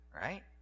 right